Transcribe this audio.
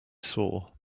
saw